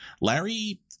Larry